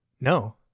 no